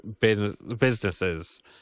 businesses